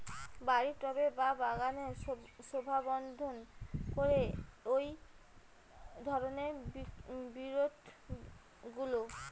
বাড়ির টবে বা বাগানের শোভাবর্ধন করে এই ধরণের বিরুৎগুলো